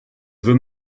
veux